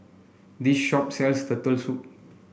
this shop sells Turtle Soup